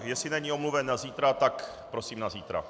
Jestli není omluven na zítra, tak prosím na zítra.